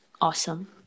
Awesome